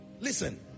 Listen